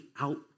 out